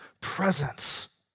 presence